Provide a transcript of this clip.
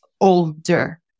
older